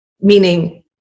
meaning